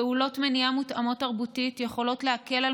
פעולות מניעה מותאמות תרבותית יכולות להקל על